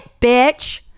bitch